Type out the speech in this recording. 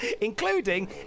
Including